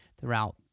throughout